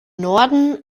norden